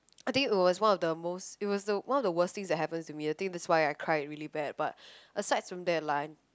I think it was one of the most it was one of the worst things that happened to me I think that's why I cried really bad but asides from that like